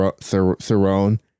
Theron